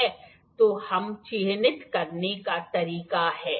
आप इन दो पंक्तियों को देख सकते हैं इन दोनों के बीच की मध्य रेखा मध्यबिंदु हो सकती है